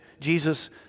Jesus